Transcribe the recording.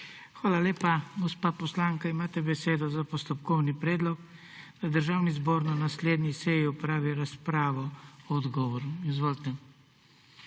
Hvala lepa. Gospa poslanka, imate besedo za postopkovni predlog, da Državni zbor na naslednji seji opravi razpravo o odgovoru. Izvolite.